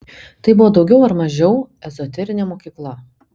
tai buvo daugiau ar mažiau ezoterinė mokykla